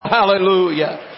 Hallelujah